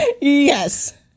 Yes